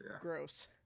Gross